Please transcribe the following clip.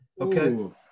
Okay